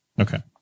Okay